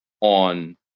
on